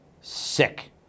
Sick